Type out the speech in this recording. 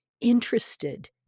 interested